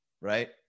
right